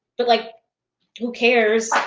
but like who cares?